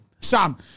Sam